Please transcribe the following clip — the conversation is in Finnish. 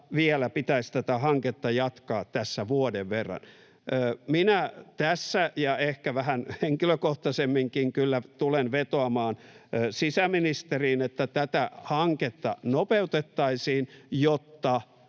vielä pitäisi tätä hanketta jatkaa tässä vuoden verran. Minä tässä ja ehkä vähän henkilökohtaisemminkin kyllä tulen vetoamaan sisäministeriin, että tätä hanketta nopeutettaisiin, jotta